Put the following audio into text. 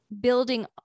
building